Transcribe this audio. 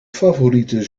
favoriete